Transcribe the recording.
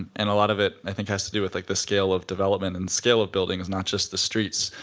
and a lot of it, i think, has to do with like the scale of development and the scale of buildings, not just the streets.